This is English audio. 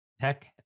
tech